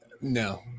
No